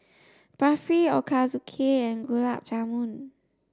Barfi Ochazuke and Gulab Jamun